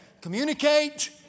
Communicate